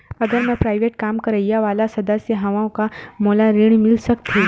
अगर मैं प्राइवेट काम करइया वाला सदस्य हावव का मोला ऋण मिल सकथे?